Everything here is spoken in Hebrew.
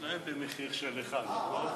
אה, כבר?